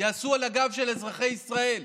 יעשו על הגב של אזרחי ישראל.